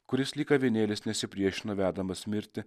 kuris lyg avinėlis nesipriešino vedamas mirti